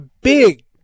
big